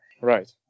Right